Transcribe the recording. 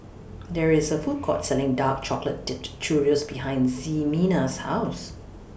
There IS A Food Court Selling Dark Chocolate Dipped Churros behind Ximena's House